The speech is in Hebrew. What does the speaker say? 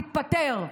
תתפטר.